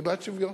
אני בעד שוויון.